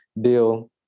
deal